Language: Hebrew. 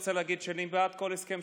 שלום.